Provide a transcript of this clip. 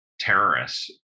terrorists